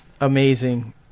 amazing